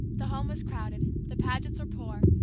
the home was crowded, the pagets were poor,